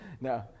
No